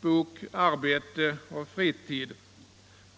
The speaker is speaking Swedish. bok Arbete eller fritid.